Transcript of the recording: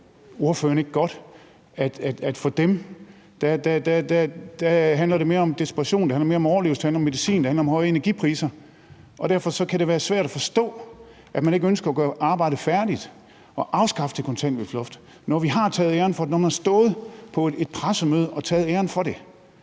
det handler om medicin, det handler om høje energipriser, og det kan derfor være svært at forstå, at man ikke ønsker at gøre arbejdet færdigt og afskaffe det kontanthjælpsloft, når vi har taget æren for det,